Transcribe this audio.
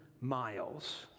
miles